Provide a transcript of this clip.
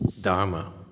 Dharma